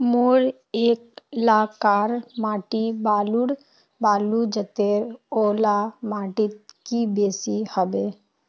मोर एलाकार माटी बालू जतेर ओ ला माटित की बेसी हबे?